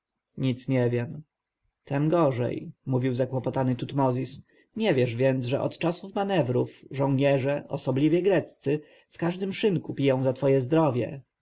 nic nie wiem tem gorzej mówił zakłopotany tutmozis nie wiesz więc że od czasu manewrów żołnierze osobliwie greccy w każdym szynku piją za twoje zdrowie